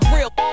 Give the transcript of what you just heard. Real